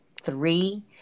three